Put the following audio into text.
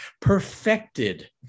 perfected